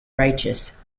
righteous